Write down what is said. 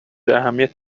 اهمیت